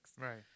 right